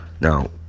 now